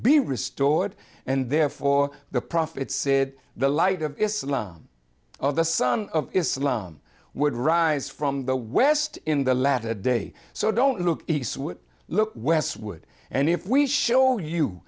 be restored and therefore the prophet said the light of islam of the son of islam would rise from the west in the latter day so don't look east would look west would and if we show you